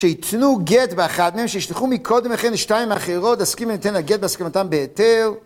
שייתנו גט באחד מהם, שישלחו מקודם לכן שתיים אחרות, המסכימים ניתן לגט בהסכמתם ביתר.